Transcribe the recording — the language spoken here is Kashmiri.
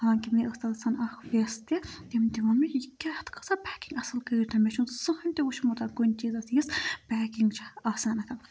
حالانٛکہِ مےٚ ٲسۍ تَتھسَن اَکھ ویٚس تہِ تٔمۍ تہِ ووٚن مےٚ یہِ کیاہ اَتھ کۭژاہ پیکِنٛگ اَصٕل کٔرِتھ مےٚ چھُنہٕ زٕہٕنۍ تہِ وٕچھمُتن کُنہِ چیٖزَس یِژ پیکِنٛگ چھِ آسان اَتھ